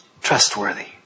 Trustworthy